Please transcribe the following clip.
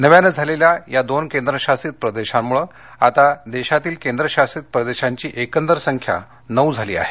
नव्यान झालेल्या या दोन केंद्रशासित प्रदेशामुळ आता देशातील केंद्रशासित प्रदेशांची संख्या नऊ झाली आहे